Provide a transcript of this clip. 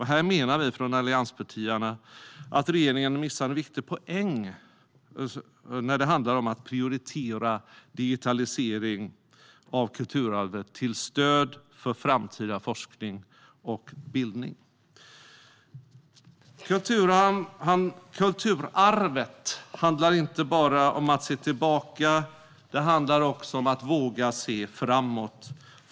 Här menar vi från allianspartierna att regeringen missar en viktig poäng när det handlar om att prioritera digitalisering av kulturarvet till stöd för framtida forskning och bildning. Kulturarvet handlar inte bara om att se tillbaka. Det handlar också om att våga se framåt.